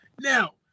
Now